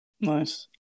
nice